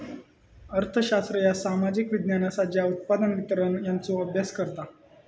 अर्थशास्त्र ह्या सामाजिक विज्ञान असा ज्या उत्पादन, वितरण यांचो अभ्यास करता